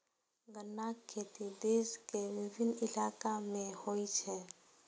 गन्नाक खेती देश के विभिन्न इलाका मे होइ छै